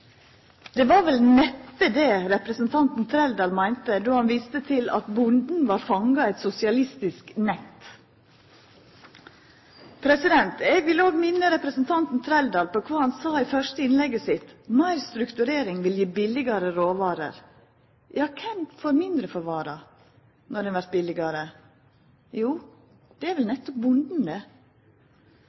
Det var vel neppe det representanten Trældal meinte då han viste til at bonden var fanga i eit sosialistisk nett. Eg vil òg minna representanten Trældal på kva han sa i det første innlegget sitt, at meir strukturering vil gi billigare råvarer. Ja, kven får mindre for vara når ho vert billigare? Jo, det er vel nettopp